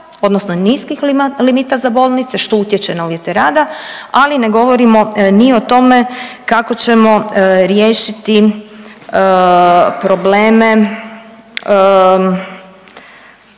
odnosno niskih limita za bolnice, što utječe na uvjete rada, ali ne govorimo ni o tome kako ćemo riješiti probleme,